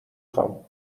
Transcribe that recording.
خوام